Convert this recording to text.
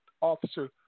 officer